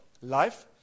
life